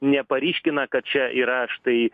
neparyškina kad čia yra štai